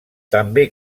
també